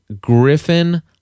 Griffin